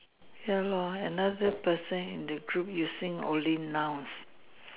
ya lor another person in the group using only nouns